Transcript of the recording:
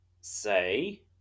say